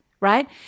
Right